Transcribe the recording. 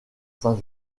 saint